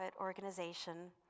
organization